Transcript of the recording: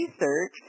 research